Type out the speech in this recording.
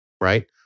right